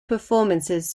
performances